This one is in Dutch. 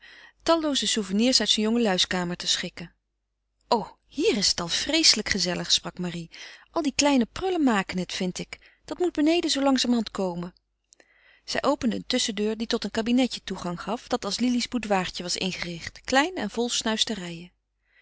tallooze souvenirs uit zijn jongeluis kamer te schikken o hier is het al vreeselijk gezellig sprak marie al die kleine prullen maken het vind ik dat moet beneden zoo langzamerhand komen zij opende een tusschendeur die tot een kabinetje toegang gaf dat als lili's boudoirtje was ingericht klein en vol snuisterijen